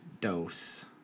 dose